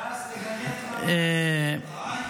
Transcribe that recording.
עבאס, תגנה את החמאס --- חלאס.